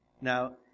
Now